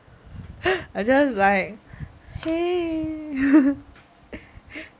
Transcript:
I just like !hey!